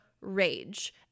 rage